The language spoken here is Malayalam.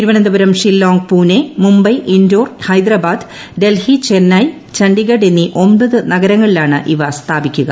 തിരുവനന്തപുരം ഷില്ലോങ് പൂനെ മുംബൈ ഇൻഡോർ ഹൈദരാബാദ് ഡൽഹി ചെന്നൈ ചണ്ഡിഗഡ് എന്നീ ഒമ്പത് നഗരങ്ങളിലാണ് ഇവ സ്ഥാപിക്കുക